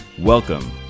Welcome